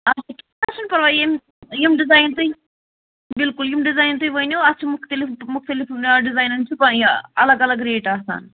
اَچھا کیٚنٛہہ چھُنہٕ پَرواے یِم یِم ڈِزایِن تُہۍ بِلکُل یِم ڈِزایِن تُہۍ ؤنِو اَتھ چھِ مُختلِف مُختلف آ ڈِزاینَن چھِ پیی الگ الگ ریٹ آسان